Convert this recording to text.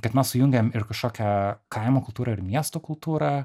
kad mes sujungiam ir kažkokią kaimo kultūrą ir miesto kultūrą